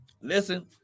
Listen